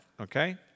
okay